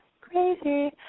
Crazy